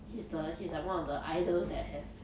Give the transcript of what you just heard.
he's the he's like one of the idols that have